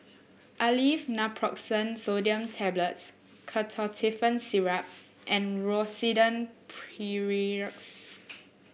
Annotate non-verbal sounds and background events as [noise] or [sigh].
Aleve Naproxen Sodium Tablets Ketotifen Syrup and Rosiden [unintelligible]